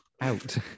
Out